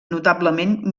notablement